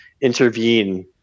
intervene